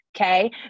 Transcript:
Okay